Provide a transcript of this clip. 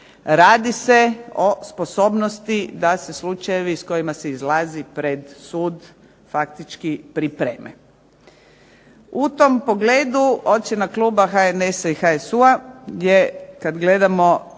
radi se o sposobnosti da se slučajevi s kojima se izlazi pred sud faktički pripreme. U tom pogledu ocjena kluba HNS-HSU-a je kad gledamo